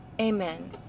Amen